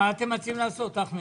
מה אתם מציעים לעשות, אחמד?